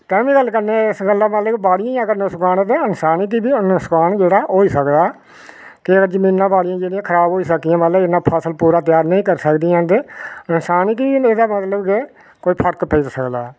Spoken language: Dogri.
कैमिकल कन्नै इस गल्ला मतलब कि अगर बाड़िये गी नुक्सान ते इनसान गी बी नुक्सान होई सकदा गै अगर जमीना बाड़िये जेह्ड़ियां खराब होई सकदियां मतलब इन्ना फसल पूरा त्यार नेईं करी सकदिया ते इंसान गी बी एह्दा मतलब गै कोई फर्क पेई सकदा